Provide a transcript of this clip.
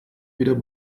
wieder